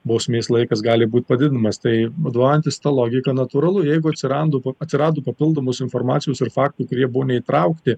bausmės laikas gali būt padidinamas tai vadovaujantis ta logika natūralu jeigu atsirando po atsirado papildomos informacijos ir faktų kurie buvo neįtraukti